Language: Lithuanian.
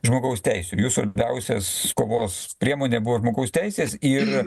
žmogaus teisių jų svarbiausias kovos priemonė buvo žmogaus teisės ir